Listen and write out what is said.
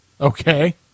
Okay